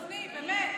אדוני, באמת.